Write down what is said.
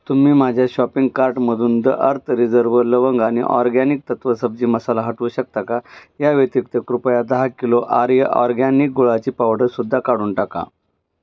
तुम्ही माझ्या शॉपिंग कार्टमधून द अर्थ रिझर्व लवंग आणि ऑर्गॅनिक तत्व सब्जी मसाला हटवू शकता का या व्यतिरिक्त कृपया दहा किलो आर्य ऑरगॅनिक गुळाची पावडरसुद्धा काढून टाका